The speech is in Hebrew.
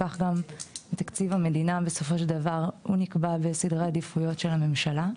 כך גם תקציב המדינה נקבע בסדרי עדיפויות של הממשלה,